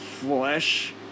Flesh